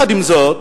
עם זאת,